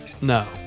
No